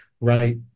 right